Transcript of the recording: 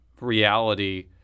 reality